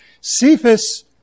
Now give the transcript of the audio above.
Cephas